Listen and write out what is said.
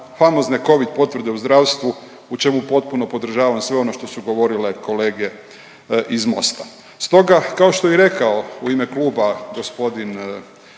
famozne Covid potvrde u zdravstvu u čemu potpuno podržavam sve ono što su govorile kolege iz Mosta. Stoga, kao što je i rekao u ime kluba g.